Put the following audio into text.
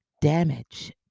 damage